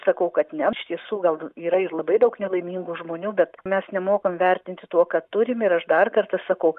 sakau kad ne iš tiesų gal yra ir labai daug nelaimingų žmonių bet mes nemokam vertinti to ką turim ir aš dar kartą sakau